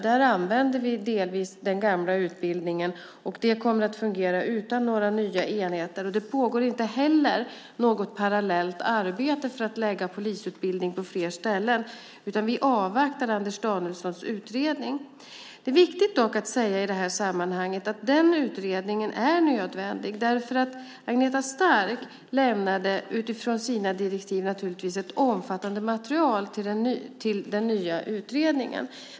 Där används delvis den gamla utbildningen. Den kommer att fungera utan några nya enheter. Det pågår inte något parallellt arbete för att förlägga polisutbildning till fler ställen, utan vi avvaktar Anders Danielssons utredning. Det är dock viktigt att säga i det här sammanhanget att den utredningen är nödvändig. Agneta Stark lämnade naturligtvis utifrån sina direktiv ett omfattande material till den nya utredningen.